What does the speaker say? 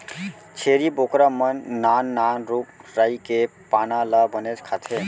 छेरी बोकरा मन नान नान रूख राई के पाना ल बनेच खाथें